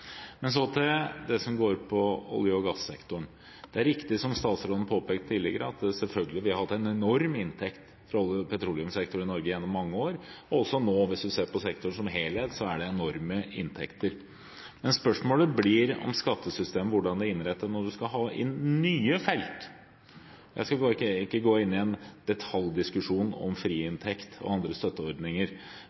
Så til det som handler om olje- og gassektoren: Det er riktig som statsråden tidligere påpekte, at vi selvfølgelig har hatt en enorm inntekt fra petroleumssektoren gjennom mange år. Også nå, hvis en ser på sektoren helhetlig, er det enorme inntekter. Men spørsmålet blir hvordan en innretter skattesystemet når en skal ha inn nye felt. Jeg skal ikke gå inn i en detaljdiskusjon om frie inntekter og andre